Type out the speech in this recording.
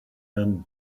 and